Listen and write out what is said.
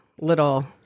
little